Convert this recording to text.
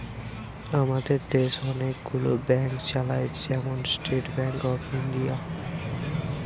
আমাদের দেশ অনেক গুলো ব্যাংক চালায়, যেমন স্টেট ব্যাংক অফ ইন্ডিয়া